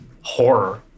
horror